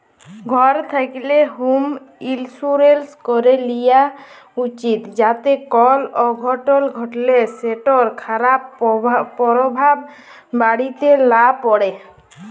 ঘর থ্যাকলে হম ইলসুরেলস ক্যরে লিয়া উচিত যাতে কল অঘটল ঘটলে সেটর খারাপ পরভাব বাড়িতে লা প্যড়ে